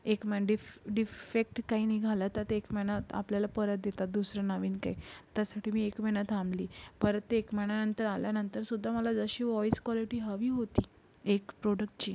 एक मॅन्डिफ डिफेक्ट काही निघाला तर ते एक महिन्यात आपल्याला परत देतात दुसरं नवीन काही त्यासाठी मी एक महिना थांबली परत ते एक महिन्यानंतर आल्यानंतरसुद्धा मला जशी वॉईस कॉलेटी हवी होती एक प्रोडक्ची